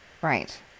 Right